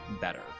better